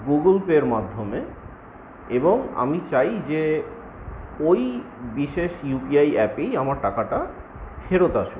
Google পের মাধ্যমে এবং আমি চাই যে ওই বিশেষ ইউপিআই অ্যাপেই আমার টাকাটা ফেরত আসুক